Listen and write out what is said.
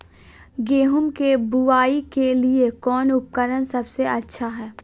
गेहूं के बुआई के लिए कौन उपकरण सबसे अच्छा है?